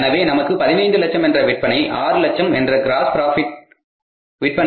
எனவே நமக்கு 15 லட்சம் என்ற விற்பனையில் ஆறு லட்சம் என்ற க்ராஸ் ப்ராபிட் உள்ளது